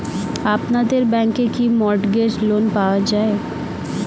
আপনাদের ব্যাংকে কি মর্টগেজ লোন পাওয়া যায়?